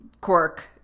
Quirk